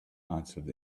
answered